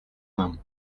нам